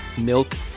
milk